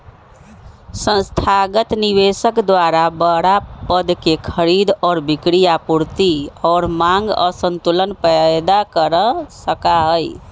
संस्थागत निवेशक द्वारा बडड़ा पद के खरीद और बिक्री आपूर्ति और मांग असंतुलन पैदा कर सका हई